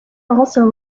also